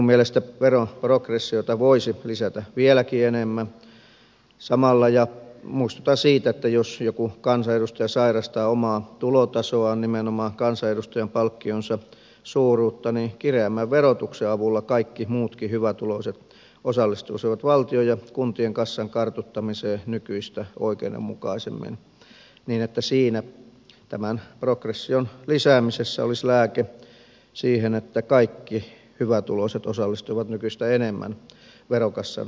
minun mielestäni veroprogressiota voisi lisätä vieläkin enemmän samalla ja muistutan siitä että jos joku kansanedustaja sairastaa omaa tulotasoaan nimenomaan kansanedustajan palkkionsa suuruutta niin kireämmän verotuksen avulla kaikki muutkin hyvätuloiset osallistuisivat valtion ja kuntien kassan kartoittamiseen nykyistä oikeudenmukaisemmin niin että tämän progression lisäämisessä olisi lääke siihen että kaikki hyvätuloiset osallistuvat nykyistä enemmän verokassan kartuttamiseen